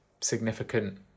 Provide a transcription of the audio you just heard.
significant